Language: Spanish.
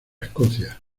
escocia